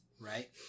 right